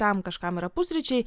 tam kažkam yra pusryčiai